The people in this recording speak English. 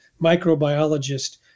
microbiologist